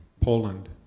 Poland